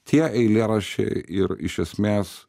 tie eilėraščiai ir iš esmės